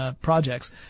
Projects